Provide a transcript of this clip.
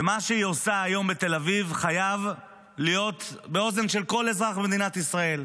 ומה שהיא עושה היום בתל אביב חייב להיות באוזן של כל אזרח במדינת ישראל,